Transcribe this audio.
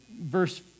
verse